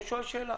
הוא שואל שאלה.